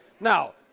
Now